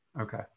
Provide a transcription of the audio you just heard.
Okay